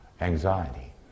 anxiety